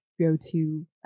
go-to